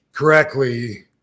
Correctly